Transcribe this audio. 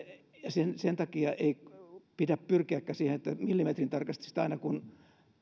sen sen takia ei pidä pyrkiäkään millimetrintarkasti siihen että aina kun